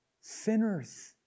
Sinners